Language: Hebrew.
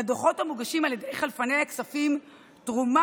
לדוחות המוגשים על ידי חלפני הכספים תרומה